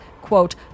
quote